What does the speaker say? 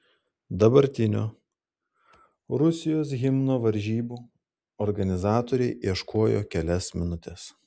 dabartinio rusijos himno varžybų organizatoriai ieškojo kelias minutes